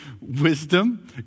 wisdom